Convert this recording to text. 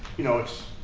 you know, it's